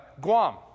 Guam